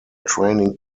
training